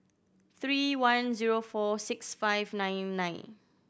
three one zero four six five nine nine